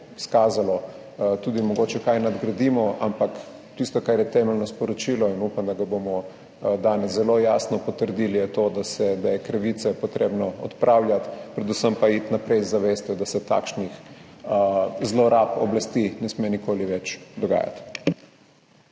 izkazalo, mogoče tudi kaj nadgradimo. Ampak tisto, kar je temeljno sporočilo, in upam, da ga bomo danes zelo jasno potrdili, je to, da je krivice treba odpravljati, predvsem pa iti naprej z zavestjo, da se takšne zlorabe oblasti ne smejo nikoli več dogajati.